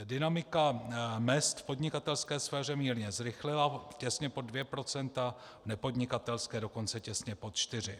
Dynamika mezd v podnikatelské sféře mírně zrychlila těsně pod 2 %, v nepodnikatelské dokonce těsně pod 4 %.